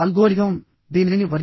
అది tension member